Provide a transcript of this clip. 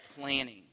planning